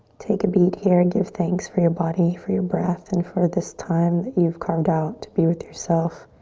take a beat here. and give thanks for your body, for your breath and for this time that you've carved out to be with yourself.